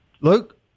Luke